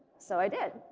so i did.